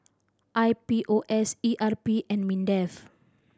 I P O S E R P and MINDEF